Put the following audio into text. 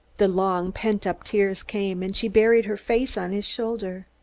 the long-pent-up tears came, and she buried her face on his shoulder.